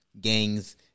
gangs